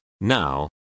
Now